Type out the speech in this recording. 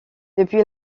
depuis